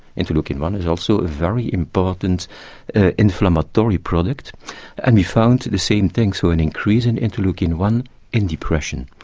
interleukin one is also very important inflammatory product and we found the same thing, so an increase in interleukin one in depression.